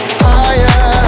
higher